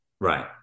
right